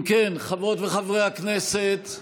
אם כן, חברות וחברי הכנסת,